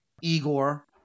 Igor